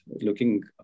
looking